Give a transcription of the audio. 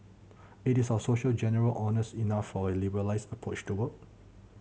it is our society generally honest enough for a liberalised approach to work